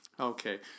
Okay